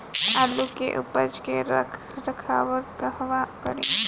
आलू के उपज के रख रखाव कहवा करी?